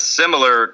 similar